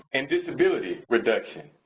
and disability reduction.